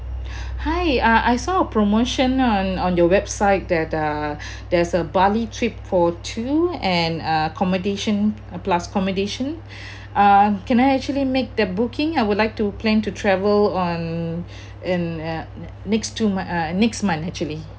hi uh I saw a promotion on on your website that uh there's a bali trip for two and accommodation plus commodation uh can I actually make the booking I would like to plan to travel on in uh next two mo~ uh next month actually